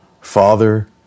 Father